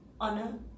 honor